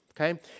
okay